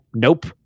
Nope